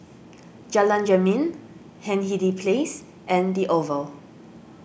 Jalan Jermin Hindhede Place and the Oval